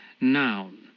Noun